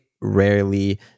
rarely